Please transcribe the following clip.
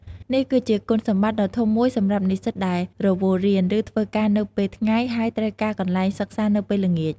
នេះគឺជាគុណសម្បត្តិដ៏ធំមួយសម្រាប់និស្សិតដែលរវល់រៀន ឬធ្វើការនៅពេលថ្ងៃ ហើយត្រូវការកន្លែងសិក្សានៅពេលល្ងាច។